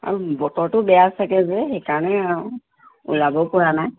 আৰু বতৰটো বেয়া চাগে যে সেইকাৰণে আৰু ওলাবও পৰা নাই